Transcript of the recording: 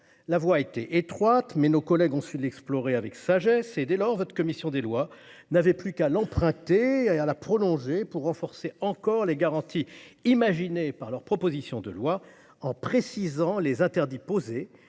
la voie était étroite, mais nos collègues ont su l'explorer avec sagesse ; dès lors, votre commission des lois n'avait plus qu'à l'emprunter et à la prolonger pour renforcer encore les garanties imaginées dans leur proposition de loi, en précisant les interdits posés,